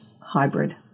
hybrid